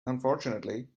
unfortunately